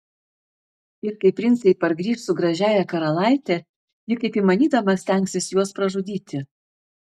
ir kai princai pargrįš su gražiąja karalaite ji kaip įmanydama stengsis juos pražudyti